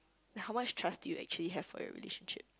then how much trust do you actually have for your relationship